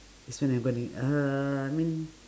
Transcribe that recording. this one I'm gonna g~ uhh I mean